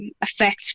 affect